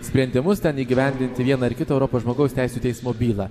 sprendimus ten įgyvendinti vieną ar kitą europos žmogaus teisių teismo bylą